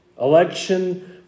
election